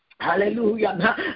Hallelujah